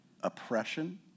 oppression